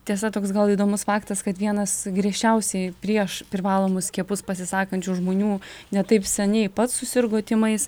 tiesa toks gal įdomus faktas kad vienas griežčiausiai prieš privalomus skiepus pasisakančių žmonių ne taip seniai pats susirgo tymais